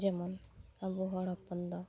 ᱡᱮᱢᱚᱱ ᱟᱵᱚ ᱦᱚᱲ ᱦᱚᱯᱚᱱᱫᱚ